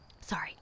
Sorry